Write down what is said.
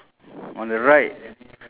chainsaw cutting the tree